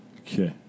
Okay